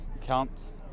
counts